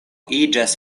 iĝas